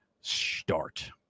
start